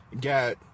got